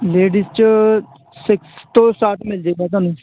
ladies 'ਚ six ਤੋਂ start ਮਿਲ ਜੇਗਾ ਤੁਹਾਨੂੰ